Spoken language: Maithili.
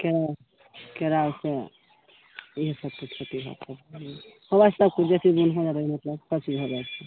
केराव केरावके इहए सब किछु खेती होयतै होबऽ है सब किछु बेसी दिन